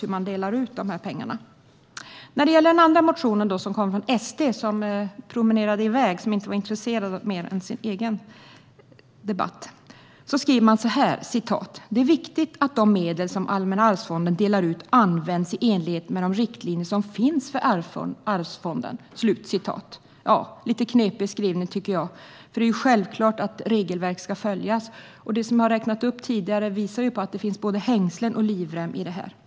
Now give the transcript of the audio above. Sverigedemokraterna var inte intresserade av något annat än sin egen debatt utan promenerade i väg. I sin motion skriver man så här: "Det är viktigt att de medel som Allmänna arvsfonden delar ut används i enlighet med de riktlinjer som finns för arvsfonden." Det är en knepig skrivning, tycker jag. Det är självklart att regelverk ska följas, och det som jag har räknat upp tidigare visar ju att det finns både hängslen och livrem när det gäller detta.